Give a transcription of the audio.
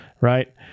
right